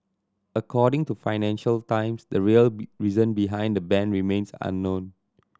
according to Financial Times the real be reason behind the ban remains unknown